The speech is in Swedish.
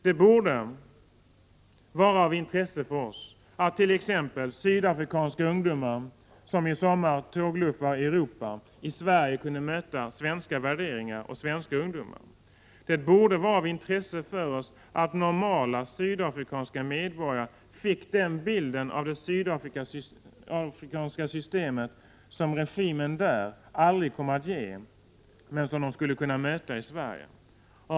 Det borde vara av intresse för oss att sydafrikanska ungdomar, som i sommar tågluffar i Europa, i Sverige kunde möta svenska värderingar och svenska ungdomar. Det borde vara av intresse för oss att normala sydafrikanska medborgare fick den bild av det sydafrikanska systemet som regimen där aldrig kommer att ge, men som de skulle möta i Sverige.